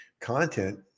content